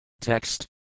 Text